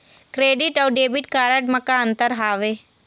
Credit अऊ debit card म का अंतर हावे?